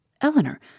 Eleanor